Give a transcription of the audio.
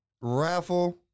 raffle